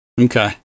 Okay